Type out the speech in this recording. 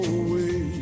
away